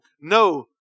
No